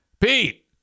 Pete